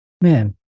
Man